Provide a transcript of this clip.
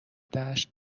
دشت